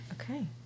Okay